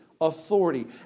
Authority